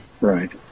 Right